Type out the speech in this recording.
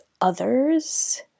others